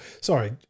Sorry